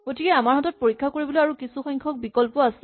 গতিকে আমাৰ হাতত পৰীক্ষা কৰিবলৈ কিছু সংখ্যক বিকল্প আছে